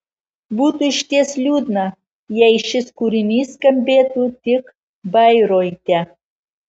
būtų išties liūdna jei šis kūrinys skambėtų tik bairoite